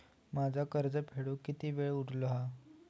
माझा कर्ज फेडुक किती वेळ उरलो हा?